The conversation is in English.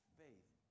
faith